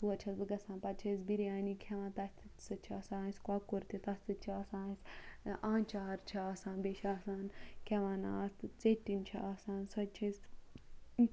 تور چھَس بہٕ گژھان پَتہٕ چھِ أسۍ بِریانی کھٮ۪وان تَتھ سۭتۍ چھِ آسان اَسہِ کۄکُر تہِ تَتھ سۭتۍ چھِ آسان اَسہِ آنچار چھِ آسان بیٚیہِ چھِ آسان کیٛاہ وَنان اَتھ ژیٚٹِنۍ چھِ آسان سۄ تہِ چھِ أسۍ